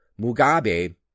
Mugabe